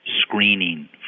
screening